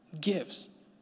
gives